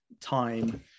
time